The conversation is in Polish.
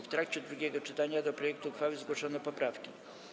W trakcie drugiego czytania do projektu uchwały zgłoszono poprawki.